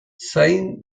zain